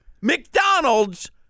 McDonald's